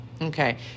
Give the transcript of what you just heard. okay